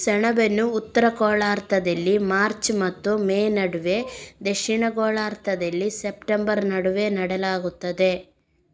ಸೆಣಬನ್ನು ಉತ್ತರ ಗೋಳಾರ್ಧದಲ್ಲಿ ಮಾರ್ಚ್ ಮತ್ತು ಮೇ ನಡುವೆ, ದಕ್ಷಿಣ ಗೋಳಾರ್ಧದಲ್ಲಿ ಸೆಪ್ಟೆಂಬರ್ ನಡುವೆ ನೆಡಲಾಗುತ್ತದೆ